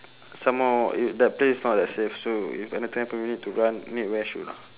some more i~ that place not that safe so if anything happen we need to run need wear shoe lah